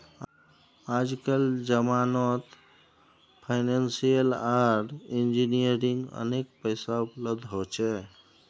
आजकल जमानत फाइनेंसियल आर इंजीनियरिंग अनेक पैसा उपलब्ध हो छे